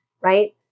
right